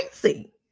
crazy